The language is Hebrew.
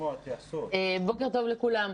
בוקר טוב לכולם.